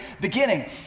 beginning